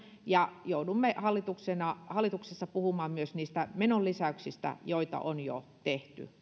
ja joudumme hallituksessa puhumaan myös niistä menolisäyksistä joita on jo tehty